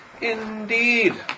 indeed